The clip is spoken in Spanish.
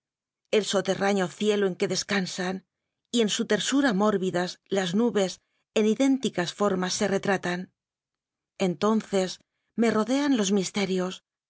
el soterraño cielo en que descansan y en su tersura mórbidas las nubes en idénticas formas se retríitan entonces me rodean los misterios